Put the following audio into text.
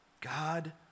God